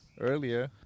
earlier